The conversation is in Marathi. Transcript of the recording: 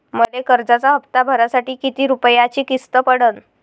मले कर्जाचा हप्ता भरासाठी किती रूपयाची किस्त पडन?